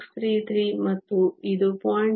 633 ಮತ್ತು ಇದು 0